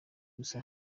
gusa